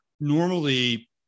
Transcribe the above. normally